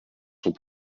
sont